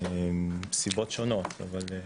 סיבות שונות.